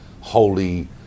holy